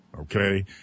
okay